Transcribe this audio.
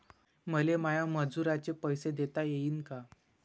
मले माया मजुराचे पैसे देता येईन का?